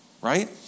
right